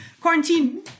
quarantine